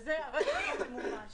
וזה הרכש הלא הממומש.